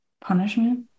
punishment